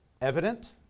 evident